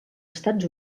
estats